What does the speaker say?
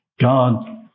God